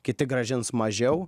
kiti grąžins mažiau